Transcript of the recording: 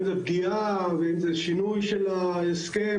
אם זה פגיעה ואם זה שינוי של ההסכם,